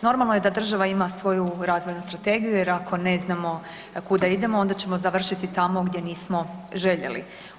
Normalno je da država ima svoju razvojnu strategiju jer ako ne znamo kuda idemo onda ćemo završiti tamo gdje nismo željeli.